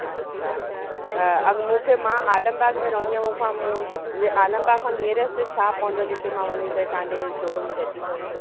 अच्छा मूंखे मां आलमबाग में रहंदी आहियां मूंखां मुंहिंजे आलमबाग खां नियरेस्ट छा पवंदो जिते मां वञी करे तव्हांजे शो रूम ते अची सघां